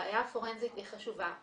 הראייה הפורנזית היא חשובה,